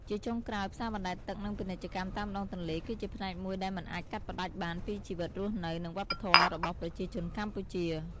ជាចុងក្រោយ ផ្សារបណ្តែតទឹក និងពាណិជ្ជកម្មតាមដងទន្លេ គឺជាផ្នែកមួយដែលមិនអាចកាត់ផ្ដាច់បានពីជីវិតរស់នៅ និងវប្បធម៌របស់ប្រជាជនកម្ពុជា។